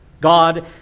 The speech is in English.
God